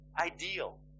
ideal